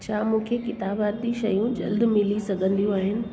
छा मूंखे किताबाती शयूं जल्द मिली सघंदियूं आहिनि